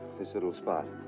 this little spot.